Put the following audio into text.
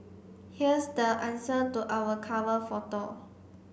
here's the answer to our cover photo